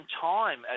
time